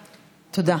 תודה.